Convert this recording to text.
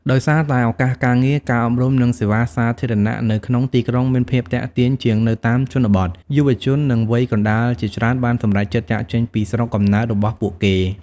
ដោយសារតែឱកាសការងារ ការអប់រំ និងសេវាសាធារណៈនៅក្នុងទីក្រុងមានភាពទាក់ទាញជាងនៅតាមជនបទ យុវជននិងវ័យកណ្ដាលជាច្រើន បានសម្រេចចិត្តចាកចេញពីស្រុកកំណើតរបស់ពួកគេ។